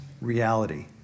reality